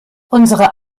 unsere